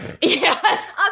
Yes